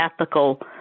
ethical